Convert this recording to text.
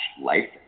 Life